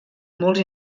molts